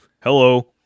Hello